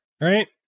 right